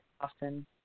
often